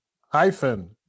hyphen